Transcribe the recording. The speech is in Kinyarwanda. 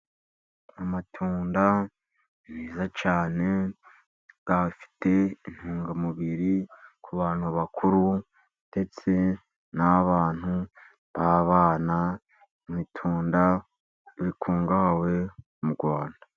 Amatunda ni meza cyane, afite intungamubiri ku bantu bakuru ndetse n'abantu b'abana, ni itunda rikungahaye mu Rwanda.